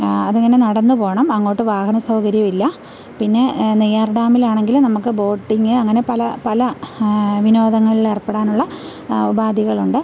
അതിങ്ങനെ നടന്നു പോകണം അങ്ങോട്ട് വാഹന സൗകര്യമില്ല പിന്നെ നെയ്യാര് ഡാമിലാണെങ്കിൽ നമ്മൾക്ക് ബോട്ടിങ്ങ് അങ്ങനെ പല പല വിനോദങ്ങളില് ഏര്പ്പെടാനുള്ള ഉപാധികളുണ്ട്